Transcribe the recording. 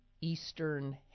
Eastern